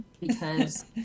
because-